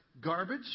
garbage